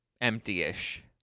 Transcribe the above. empty-ish